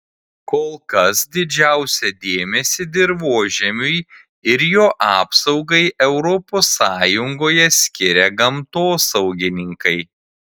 kol kas didžiausią dėmesį dirvožemiui ir jo apsaugai europos sąjungoje skiria gamtosaugininkai